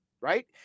right